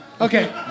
Okay